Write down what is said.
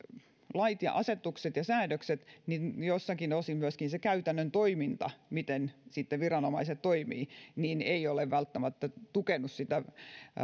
lait ja asetukset ja säädökset niin niin joltain osin se käytännön toiminta miten viranomaiset sitten toimivat ei ole välttämättä tukenut sitä